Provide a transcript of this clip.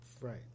Right